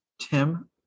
Tim